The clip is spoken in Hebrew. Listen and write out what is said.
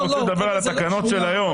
באנו לדבר על התקנות היום.